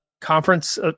conference